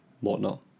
whatnot